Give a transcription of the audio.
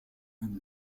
and